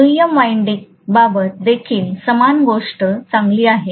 दुय्यम वायंडिंग बाबतीत देखील समान गोष्ट चांगली आहे